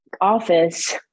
office